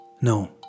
No